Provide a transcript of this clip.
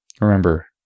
Remember